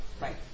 Right